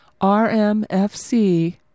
RMFC